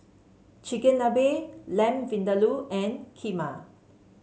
Chigenabe Lamb Vindaloo and Kheema